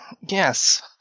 Yes